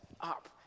up